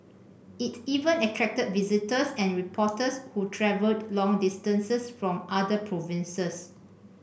it even attracted visitors and reporters who travelled long distances from other provinces